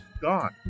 God